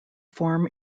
form